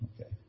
Okay